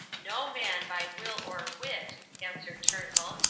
no man by will or wit, answered turnbull,